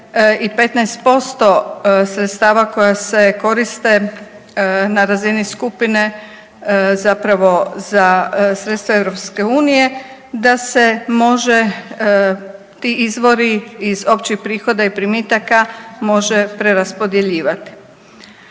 i 15% sredstava koja se koriste na razini skupine zapravo za sredstva EU da se može ti izvori iz općih prihoda i primitaka može preraspodjeljivati.